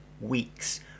weeks